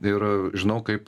ir žinau kaip